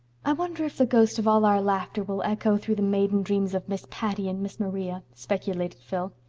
i wonder if the ghost of all our laughter will echo through the maiden dreams of miss patty and miss maria, speculated phil.